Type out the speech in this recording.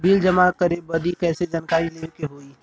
Bill जमा करे बदी कैसे जानकारी लेवे के होई?